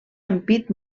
ampit